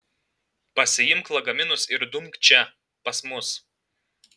pasiimk lagaminus ir dumk čia pas mus